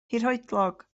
hirhoedlog